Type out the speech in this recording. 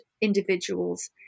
individuals